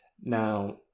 Now